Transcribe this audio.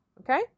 Okay